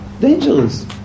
Dangerous